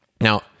Now